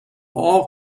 all